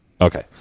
Okay